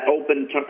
Open